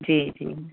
जी जी